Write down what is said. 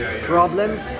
problems